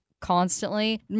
constantly